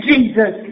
Jesus